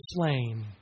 flame